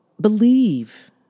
believe